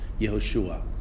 Yehoshua